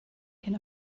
cyn